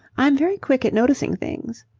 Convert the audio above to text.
i'm very quick at noticing things.